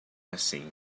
assim